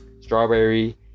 strawberry